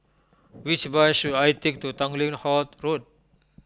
which bus should I take to Tanglin Halt Road